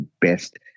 best